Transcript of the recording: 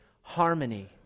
harmony